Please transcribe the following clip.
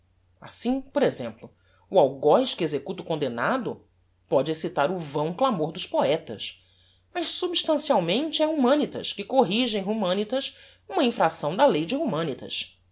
assim por exemplo o algoz que executa o condemnado póde excitar o vão clamor dos poetas mas substancialmente é humanitas que corrige em humanitas uma infracção da lei de humanitas